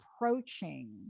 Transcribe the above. approaching